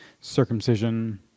circumcision